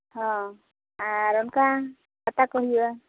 ᱦᱮᱸ ᱟᱨ ᱚᱱᱠᱟ ᱯᱟᱛᱟᱠᱚ ᱦᱩᱭᱩᱜᱼᱟ